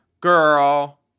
Girl